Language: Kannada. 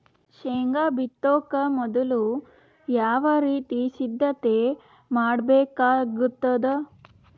ಶೇಂಗಾ ಬಿತ್ತೊಕ ಮೊದಲು ಯಾವ ರೀತಿ ಸಿದ್ಧತೆ ಮಾಡ್ಬೇಕಾಗತದ?